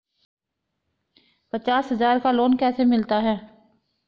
पचास हज़ार का लोन कैसे मिलता है?